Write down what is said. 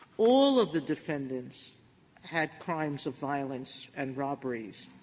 all of the defendants had crimes of violence and robberies,